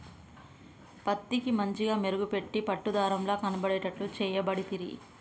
పత్తికి మంచిగ మెరుగు పెట్టి పట్టు దారం ల కనబడేట్టు చేయబడితిరి